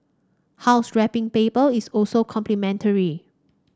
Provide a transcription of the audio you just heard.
house wrapping paper is also complimentary